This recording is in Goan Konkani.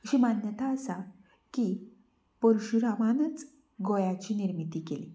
अशी मान्यता आसा की पर्शुरामानच गोंयाची निर्मिती केली